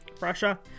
Russia